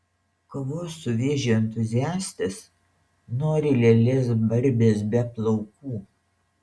kovos su vėžiu entuziastės nori lėlės barbės be plaukų